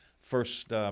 first